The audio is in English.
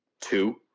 two